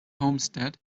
homestead